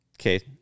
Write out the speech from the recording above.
okay